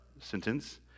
sentence